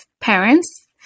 parents